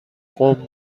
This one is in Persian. قوم